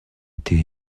été